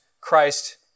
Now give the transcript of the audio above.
Christ